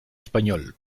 español